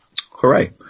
hooray